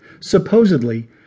Supposedly